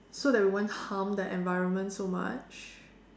so that we won't harm the environment so much